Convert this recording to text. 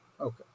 Okay